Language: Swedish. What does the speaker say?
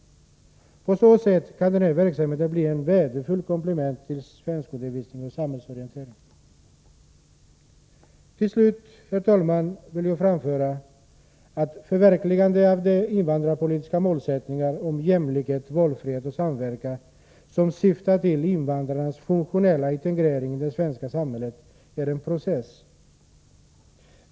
På så sätt kan denna verksamhet bli ett värdefullt komplement till svenskundervisning och samhällsorientering. Till slut, herr talman, vill jag framföra att förverkligandet av de invandrarpolitiska målsättningar om jämlikhet, valfrihet och samverkan som syftar till invandrarnas funktionella integrering i det svenska samhället är en process som pågår.